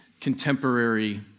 contemporary